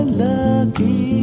lucky